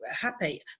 happy